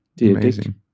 Amazing